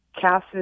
Cass